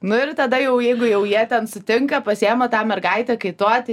nu ir tada jau jeigu jau jie ten sutinka pasiima tą mergaitę kaituoti